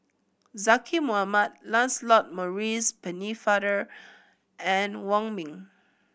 Zaqy Mohamad Lancelot Maurice Pennefather and Wong Ming